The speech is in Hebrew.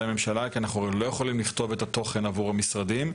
ממשלה כי אנחנו לא יכולים לכתוב את התוכן עבור המשרדים.